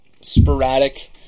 sporadic